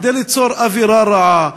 כדי ליצור אווירה רעה,